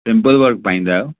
simple work पाईंदा आहियो